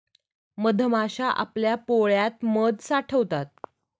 मधमाश्या आपल्या पोळ्यात मध साठवतात